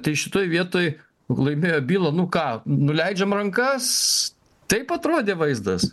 tai šitoj vietoj laimėjo bylą nu ką nuleidžiam rankas taip atrodė vaizdas